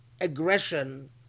aggression